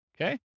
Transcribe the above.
Okay